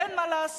ואין מה לעשות,